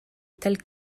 tel